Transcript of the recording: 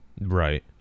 Right